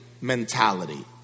mentality